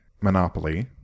Monopoly